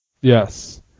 Yes